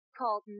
called